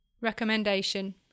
Recommendation